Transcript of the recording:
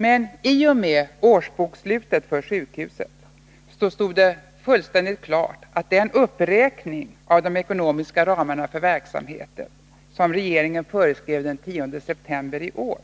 Men i och med årsbokslutet för sjukhuset stod det fullständigt klart att den uppräkning av de ekonomiska ramarna för verksamheten som regeringen föreskrev den 10 september i år